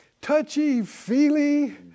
touchy-feely